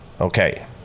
okay